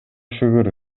шүгүр